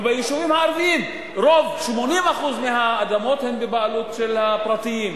וביישובים הערביים 80% מהאדמות הן בבעלות של הפרטיים.